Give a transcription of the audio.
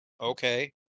okay